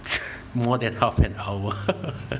more than half an hour